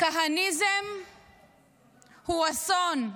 כהניזם הוא אסון.